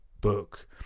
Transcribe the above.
book